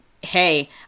hey